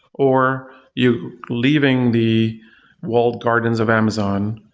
or you leaving the walled gardens of amazon,